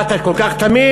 מה, אתה כל כך תמים?